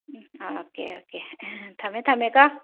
okay okay ꯊꯝꯃꯦ ꯊꯝꯃꯦꯀꯣ